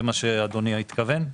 זה מה שאדוני התכוון?